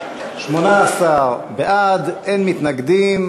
18 בעד, אין מתנגדים.